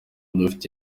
dufite